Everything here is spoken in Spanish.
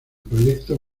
proyecto